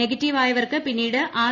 നെഗറ്റീവായവർക്ക് പിന്നീട് ആർ